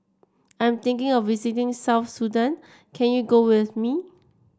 I'm thinking of visiting South Sudan can you go with me